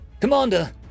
Commander